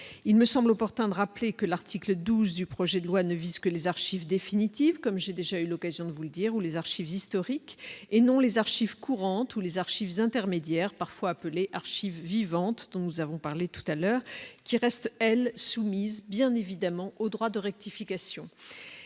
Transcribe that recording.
il me semble opportun de rappeler que l'article 12 du projet de loi ne vise que les archives définitives comme j'ai déjà eu l'occasion de vous le dire, ou les archives historiques et non les archives courantes ou les archives intermédiaires parfois appelée archives vivantes dont nous avons parlé tout à l'heure qui reste elle soumise bien évidemment au droit de rectification,